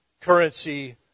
currency